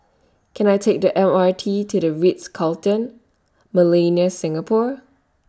Can I Take The M R T to The Ritz Carlton Millenia Singapore